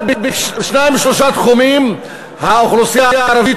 רק בשניים-שלושה תחומים האוכלוסייה הערבית